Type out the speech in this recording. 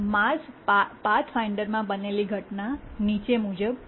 Mars પાથફાઇન્ડરમાં બનેલી ઘટના નીચે મુજબ છે